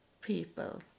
people